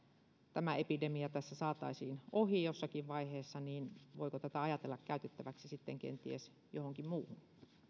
tämä epidemia saataisiin ohi jossakin vaiheessa niin voiko tätä ajatella käytettäväksi kenties johonkin muuhun